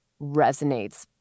resonates